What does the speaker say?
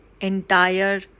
entire